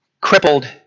crippled